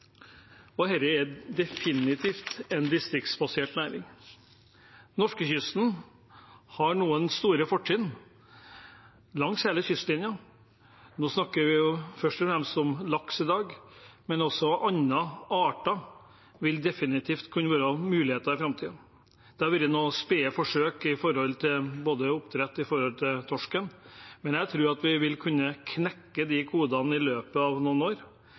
er definitivt en distriktsbasert næring. Norskekysten har noen store fortrinn langs hele kystlinjen. Nå snakker vi først og fremst om laks i dag, men også andre arter vil det definitivt kunne være muligheter for i framtiden. Det har vært noen spede forsøk på oppdrett av torsk, men jeg tror at vi vil kunne knekke de kodene i løpet av noen år,